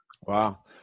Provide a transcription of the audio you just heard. Wow